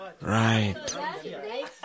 Right